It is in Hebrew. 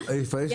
הערבית,